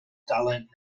dalent